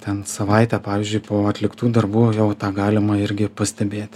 ten savaitę pavyzdžiui po atliktų darbų jau tą galima irgi pastebėt